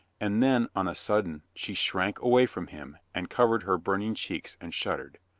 and then on a sudden she shrank away from him and covered her burning cheeks and shuddered.